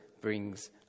brings